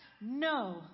No